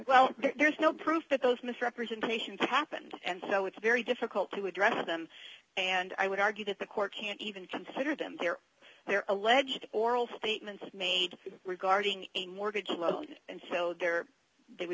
well there is no proof that those misrepresentations happened and you know it's very difficult to address them and i would argue that the court can't even consider them their their alleged oral statements made regarding a mortgage loan and so there they would